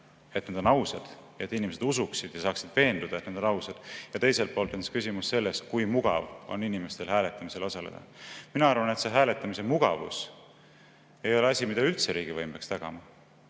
et nad on ausad, et inimesed usuksid ja saaksid veenduda, et need on ausad, ja teiselt poolt on küsimus sellest, kui mugav on inimestel hääletamisel osaleda. Mina arvan, et hääletamise mugavus ei ole asi, mida üldse riigivõim peaks tagama.